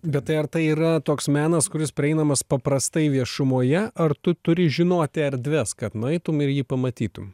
bet tai ar tai yra toks menas kuris prieinamas paprastai viešumoje ar tu turi žinoti erdves kad nueitum ir jį pamatytum